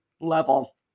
level